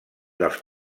dels